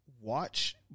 watch